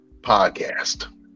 Podcast